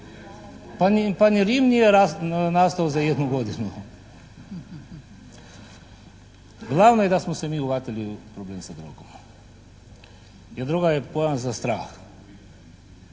ni Rim nije nastao za jednu godinu. Glavno je da smo se mi uhvatili u problem sa drogom jer droga je pojam za strah.